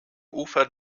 ufer